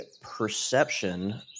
perception